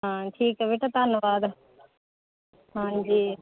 ਹਾਂ ਠੀਕ ਹੈ ਬੇਟਾ ਧੰਨਵਾਦ ਹਾਂਜੀ